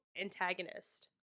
antagonist